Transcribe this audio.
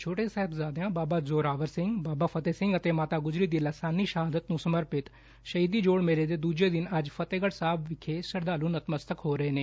ਛੋਟੇ ਸਾਹਿਬਜ਼ਾਦਿਆਂ ਬਾਬਾ ਜ਼ੋਰਾਵਰ ਸਿੰਘ ਬਾਬਾ ਫਤਹਿ ਸਿੰਘ ਅਤੇ ਮਾਤਾ ਗੁਜਰੀ ਦੀ ਲਾਸਾਨੀ ਸ਼ਹਾਦਤ ਨੂੰ ਸਮਰਪਿਤ ਸ਼ਹੀਦੀ ਜੋੜ ਮੇਲੇ ਦੇ ਦੁਜੇ ਦਿਨ ਅੱਜ ਫਤਹਿਗੜ ਸਾਹਿਬ ਵਿਖੇ ਸ਼ਰਧਾਲੁ ਨਤਮਸਤਕ ਹੋ ਰਹੇ ਨੇ